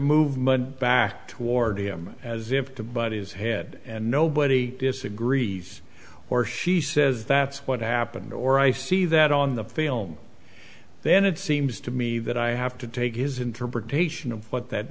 movement back toward him as if to but his head and nobody disagrees or she says that's what happened or i see that on the film then it seems to me that i have to take his interpretation of what that